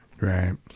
right